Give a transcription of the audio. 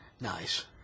Nice